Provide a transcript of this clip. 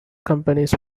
companies